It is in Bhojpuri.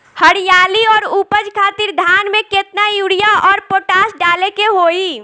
हरियाली और उपज खातिर धान में केतना यूरिया और पोटाश डाले के होई?